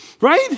Right